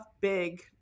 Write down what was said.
big